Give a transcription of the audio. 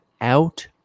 out